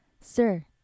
sir